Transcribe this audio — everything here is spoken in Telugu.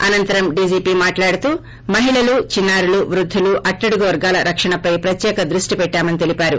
అనంతరం డీజీపీ మాట్లాడుతూ మహిళలు చిన్నా రులు వృద్దులు అట్టడుగు వర్గాల రక్షణపై ప్రత్యేక దృష్షి పెట్టామని తెలిపారు